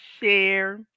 share